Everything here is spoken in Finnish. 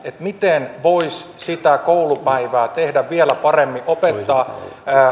miten voisi sitä koulupäivää tehdä vielä paremmin opettaa